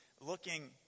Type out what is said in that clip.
looking